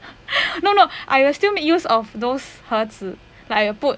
no no I will still make use of those 盒子 like I will put